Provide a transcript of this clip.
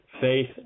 faith